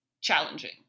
challenging